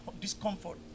discomfort